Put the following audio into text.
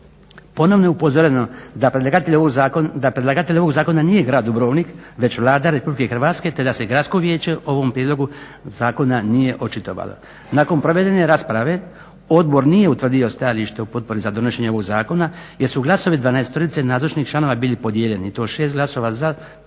Ponovno je upozoreno da predlagatelj ovog zakona nije grad Dubrovnik već Vlada Republike Hrvatske te da se Gradsko vijeće o ovom prijedlogu zakona nije očitovalo. Nakon provedene rasprave odbor nije utvrdio stajalište u potpori za donošenje ovog zakona jer su glasovi 12-rice nazočnih članova bili podijeljeni i to 6 glasova za, 5 protiv